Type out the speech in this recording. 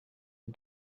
les